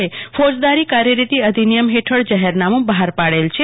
એ ફોજદારી કાર્યરીતી અધિનિયમ હેઠળ જાહેરનામુ બહાર પાડેલ છે